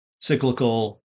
cyclical